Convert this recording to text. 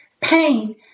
pain